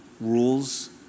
rules